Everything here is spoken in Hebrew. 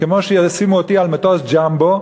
כמו שישימו אותי על מטוס "ג'מבו",